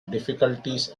difficulties